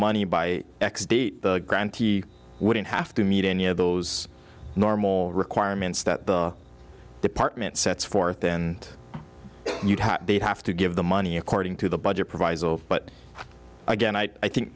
money by x date the grantee wouldn't have to meet any of those normal requirements that the department sets forth then they have to give the money according to the budget proviso but again i think